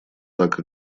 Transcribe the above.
так